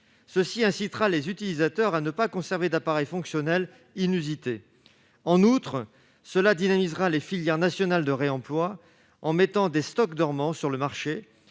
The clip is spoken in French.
mesure incitera les utilisateurs à ne pas conserver d'appareils fonctionnels inusités. En outre, elle dynamisera les filières nationales de réemploi, en mettant des stocks dormants sur le marché